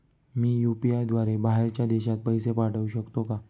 मी UPI द्वारे बाहेरच्या देशात पैसे पाठवू शकतो का?